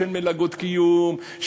של מלגות קיום,